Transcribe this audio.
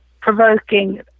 provoking